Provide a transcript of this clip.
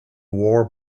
war